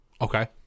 Okay